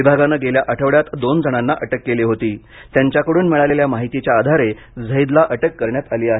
विभागानं गेल्या आठवड्यात दोनजणांना अटक केली होती त्यांच्याकडून मिळालेल्या माहितीच्या आधारे झैदला अटक करण्यात आली आहे